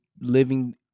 living